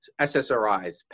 SSRIs